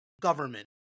government